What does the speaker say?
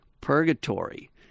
purgatory